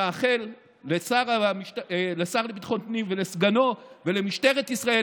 מאחל לשר לביטחון פנים ולסגנו ולמשטרת ישראל